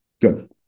good